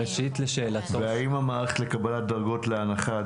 וגם האם המערכת לקבלת דרגות להנחה,